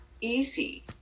easy